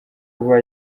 kuba